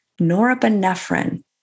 norepinephrine